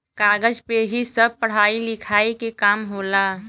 कागज पे ही सब पढ़ाई लिखाई के काम होला